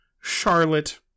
Charlotte